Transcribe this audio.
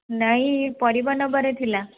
ନାହିଁ ପରିବା ନେବାର ଥିଲା